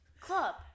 club